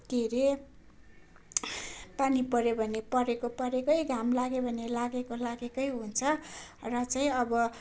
के अरे पानी पर्यो भने परेको परैकै घाम लाग्यो भने लागेको लागेकै हुन्छ र चाहिँ अब